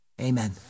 Amen